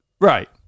Right